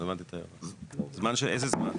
איזה זמן?